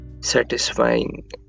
satisfying